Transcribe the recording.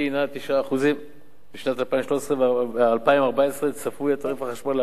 היא 9%. בשנים 2013 ו-2014 צפוי תעריף החשמל לעלות,